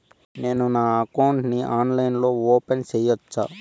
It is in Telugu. నేను నా అకౌంట్ ని ఆన్లైన్ లో ఓపెన్ సేయొచ్చా?